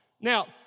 now